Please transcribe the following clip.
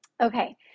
Okay